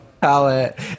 Palette